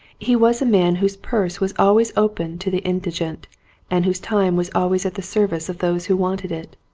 he was a man whose purse was always open to the indigent and whose time was always at the service of those who wanted it.